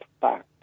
back